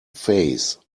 phase